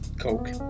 Coke